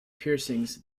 piercings